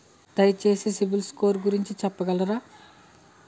దయచేసి CIBIL score గురించి చెప్పగలరా?